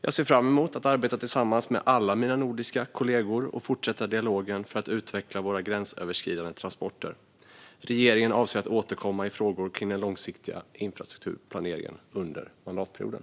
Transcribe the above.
Jag ser fram emot att arbeta tillsammans med alla mina nordiska kollegor och fortsätta dialogen för att utveckla våra gränsöverskridande transporter. Regeringen avser att återkomma om den långsiktiga infrastrukturplaneringen under mandatperioden.